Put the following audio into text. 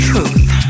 Truth